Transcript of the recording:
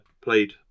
played